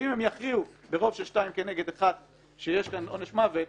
ואם הם יכריעו ברוב של שניים כנגד אחד שיש כאן עונש מוות,